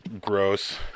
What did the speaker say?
gross